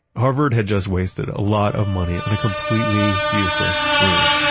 harvard had just wasted a lot of money on a completely useless room.